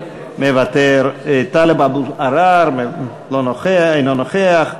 מוותר, טלב אבו עראר, אינו נוכח,